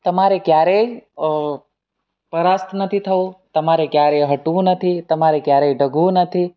તમારે ક્યારેય પરાસ્ત નથી થવું તમારે ક્યારેય હટવું નથી તમારે ક્યારેય ડગવું નથી